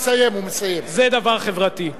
זה דבר חברתי.